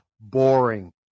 boring